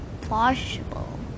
plausible